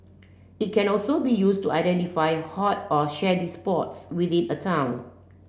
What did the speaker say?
it can also be used to identify hot or shady spots within a town